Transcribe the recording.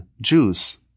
Jews